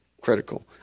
critical